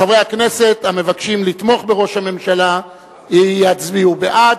חברי הכנסת המבקשים לתמוך בראש הממשלה יצביעו בעד,